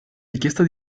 richiesta